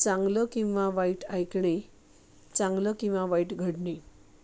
चांगलं किंवा वाईट ऐकणे चांगलं किंवा वाईट घडणे